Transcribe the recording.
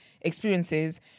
experiences